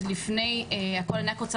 אז לפני הכול אני רוצה